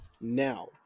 now